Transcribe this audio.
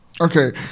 Okay